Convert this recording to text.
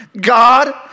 God